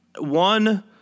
One